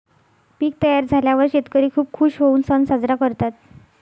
पीक तयार झाल्यावर शेतकरी खूप खूश होऊन सण साजरा करतात